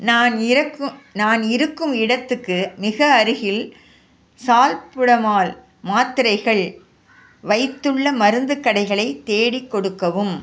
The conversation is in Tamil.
நான் இருக்கும் நான் இருக்கும் இடத்துக்கு மிக அருகில் சால்புடமால் மாத்திரைகள் வைத்துள்ள மருந்துக் கடைகளை தேடிக் கொடுக்கவும்